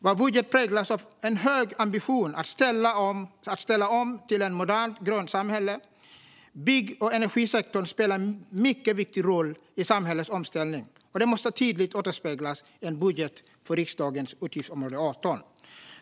Vår budget präglas av en hög ambition att ställa om till ett modernt, grönt samhälle. Bygg och energisektorn spelar en mycket viktig roll i samhällets omställning, och detta måste tydligt återspeglas i en budget för riksdagens utgiftsområde 18.